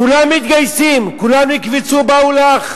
כולם מתגייסים, כולם נקבצו ובאו לך,